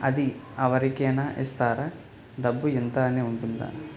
అది అవరి కేనా ఇస్తారా? డబ్బు ఇంత అని ఉంటుందా?